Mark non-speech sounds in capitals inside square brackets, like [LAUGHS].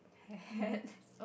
[LAUGHS] hat